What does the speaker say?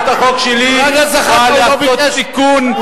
חבר הכנסת זחאלקה,